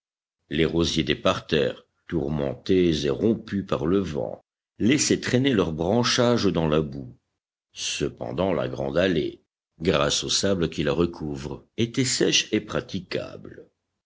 les rosiers des parterres tourmentés et rompus par le vent laissaient traîner leurs branchages dans la boue cependant la grande allée grâce au sable qui la recouvre était sèche et praticable